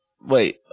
Wait